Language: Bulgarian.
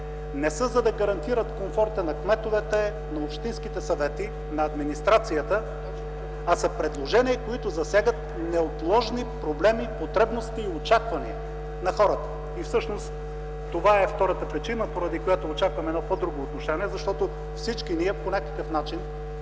не са за да гарантират комфорта на кметовете, на общинските съвети, на администрацията, а са предложения, които засягат неотложни проблеми, потребности и очаквания на хората. Това е втората причина, поради която очаквам едно по друго отношение, защото всички ние по някакъв начин,